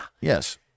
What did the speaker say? Yes